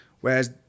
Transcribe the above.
Whereas